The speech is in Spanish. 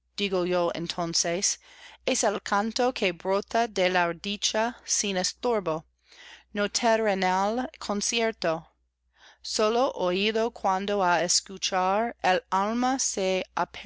yo entonces es el canto que brota de la dicha sin estorbo no terrenal concierto sólo oido cuando á escuchar el alma